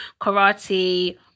karate